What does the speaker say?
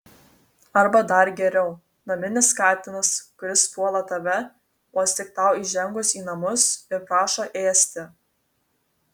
arba dar geriau naminis katinas kuris puola tave vos tik tau įžengus į namus ir prašo ėsti